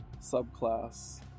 subclass